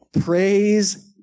Praise